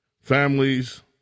families